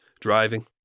driving